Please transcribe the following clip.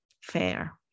fair